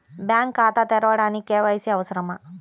Bank ఖాతా తెరవడానికి KYC అవసరమా?